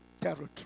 territory